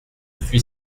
suis